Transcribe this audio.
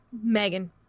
Megan